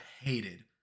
hated